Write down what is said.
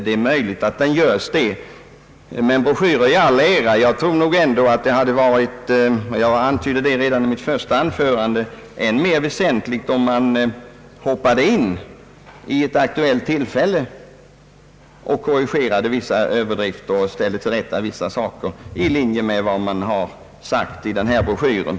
Det är möjligt att så sker, men broschyrer 1 all ära: jag tror ändå att det hade varit än mer väsentligt — som jag antydde redan i mitt första anförande — om man gripit in vid ett aktuellt tillfälle och korrigerat vissa överdrifter eller ställt vissa saker till rätta, i linje med vad man har sagt i broschyren.